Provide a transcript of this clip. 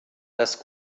das